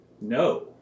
No